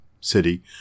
City